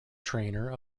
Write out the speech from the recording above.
trainer